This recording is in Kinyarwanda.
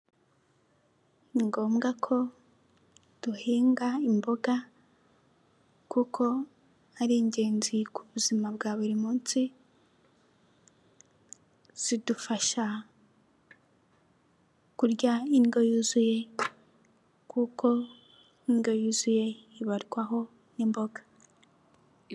Ni ngombwa ko duhinga imboga kuko ari ingenzi ku buzima bwa buri munsi, zidufasha kurya indyo yuzuye kuko indyo yuzuye ibarwaho n'imboga.